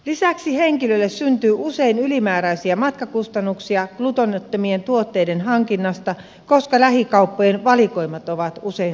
lisäksi henkilölle syntyy usein ylimääräisiä matkakustannuksia gluteenittomien tuotteiden hankinnasta koska lähikauppojen valikoimat ovat usein suppeat